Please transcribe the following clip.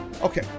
Okay